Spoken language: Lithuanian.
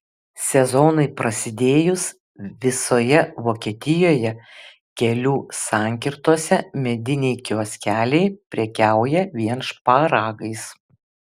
sezonui prasidėjus visoje vokietijoje kelių sankirtose mediniai kioskeliai prekiauja vien šparagais